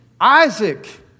Isaac